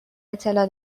اطلاع